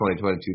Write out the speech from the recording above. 2022